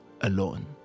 alone